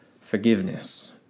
forgiveness